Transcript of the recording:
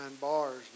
bars